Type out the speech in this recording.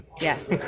Yes